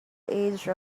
age